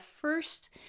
first